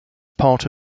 part